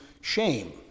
shame